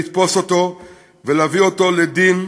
כדי לתפוס אותו ולהביא אותו לדין,